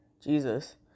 Jesus